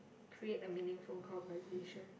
create a meaningful conversation